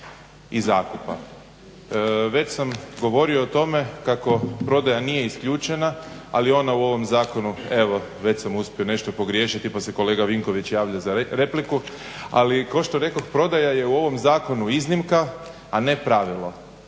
i zakupa. Već sam govorio o tome kako prodaja nije isključena ali ona u ovom zakonu evo već sam uspio nešto pogriješiti pa se kolega Vinković javlja za repliku. Ali kao što rekoh prodaja je u ovom zakonu iznimka a ne pravilo.